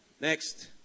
Next